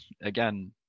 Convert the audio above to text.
Again